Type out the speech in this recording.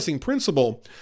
principle